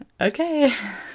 okay